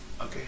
okay